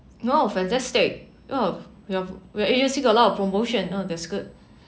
no fantastic oh your your agency got a lot of promotion oh that's good